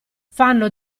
fanno